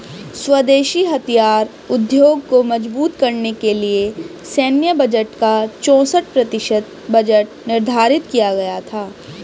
स्वदेशी हथियार उद्योग को मजबूत करने के लिए सैन्य बजट का चौसठ प्रतिशत बजट निर्धारित किया गया था